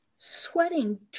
Sweating